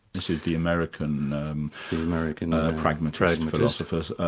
this is the american um american ah pragmatist and philosophers,